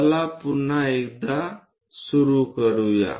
चला पुन्हा एकदा सुरू करूया